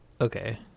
Okay